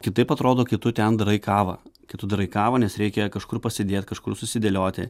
kitaip atrodo kai tu ten darai kavą kai tu darai kavą nes reikia kažkur pasidėt kažkur susidėlioti